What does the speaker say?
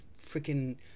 freaking